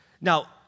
Now